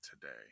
today